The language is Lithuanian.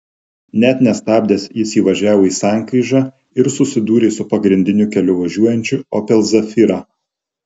net nestabdęs jis įvažiavo į sankryžą ir susidūrė su pagrindiniu keliu važiuojančiu opel zafira